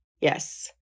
Yes